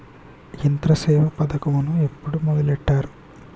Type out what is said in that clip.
యంత్రసేవ పథకమును ఎప్పుడు మొదలెట్టారు?